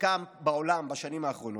שקם בעולם בשנים האחרונות,